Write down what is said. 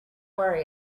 worry